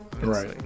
right